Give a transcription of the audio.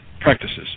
practices